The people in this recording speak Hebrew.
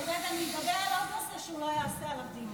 והדבר המטריד הוא שהממשלה ממשיכה לדהור ולנסוע באור אדום.